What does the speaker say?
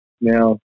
now